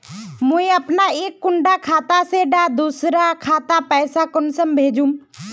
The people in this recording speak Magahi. मुई अपना एक कुंडा खाता से दूसरा डा खातात पैसा कुंसम करे भेजुम?